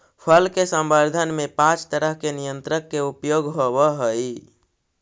फल के संवर्धन में पाँच तरह के नियंत्रक के उपयोग होवऽ हई